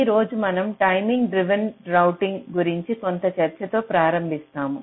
ఈ రోజు మనం టైమింగ్ డ్రివెన్ రౌటింగ్ గురించి కొంత చర్చతో ప్రారంభిస్తాము